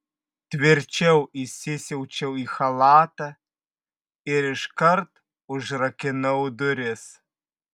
tvirčiau įsisiaučiau į chalatą ir iškart užrakinau duris